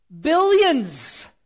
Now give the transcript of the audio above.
billions